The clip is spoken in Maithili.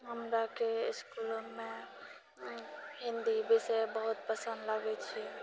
हमराकेँ इस्कूलमे हिन्दी विषय बहुत पसन्द लागैत छै